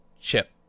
chip